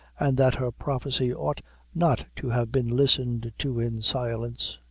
and that her prophecy ought not to have been listened to in silence.